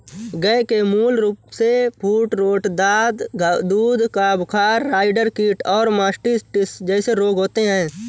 गय के मूल रूपसे फूटरोट, दाद, दूध का बुखार, राईडर कीट और मास्टिटिस जेसे रोग होते हें